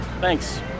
Thanks